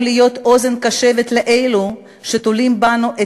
עלינו להיות אוזן קשבת לאלו שתולים בנו את